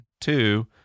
Two